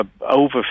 over